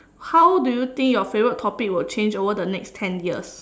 how do you think your favorite topic will change over the next ten years